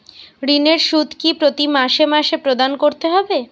ঋণের সুদ কি প্রতি মাসে মাসে প্রদান করতে হবে?